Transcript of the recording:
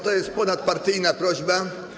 To jest ponadpartyjna prośba.